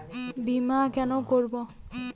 বিমা কেন করব?